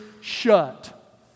shut